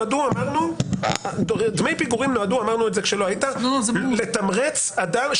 אמרנו כשלא היית שהם נועדו לתמרץ אדם,